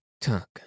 tuck